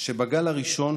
שבגל הראשון